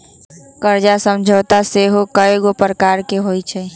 कर्जा समझौता सेहो कयगो प्रकार के होइ छइ